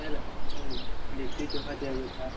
sir वह लिट्टी चोखा चाहिए था